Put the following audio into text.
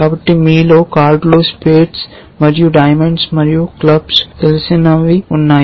కాబట్టి మీలో కార్డులు స్పేడ్స్ మరియు డైమండ్స్ మరియు క్లబ్బులు తెలిసినవి ఉన్నాయి